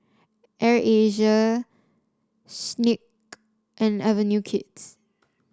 Air Asia Schick and Avenue Kids